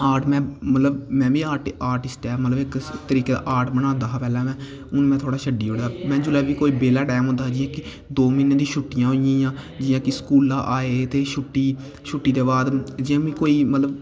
art नै में बी इक्क आर्टिस्ट ऐ ते इक्क तरीकै दा आर्ट बनांदा हा में हून में थोह्ड़ा छड्डी ओड़ेआ हून जेल्लै की कोई बेह्ला टैम होंदा जियां की दौ म्हीनै दियां छुट्टियां होंदियां हियां जियां की स्कूला आये ते छुट्टी दे बाद जियां की कोई मतलब